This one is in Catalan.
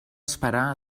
esperar